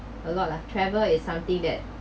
a lot lah travel is something that